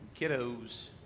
Kiddos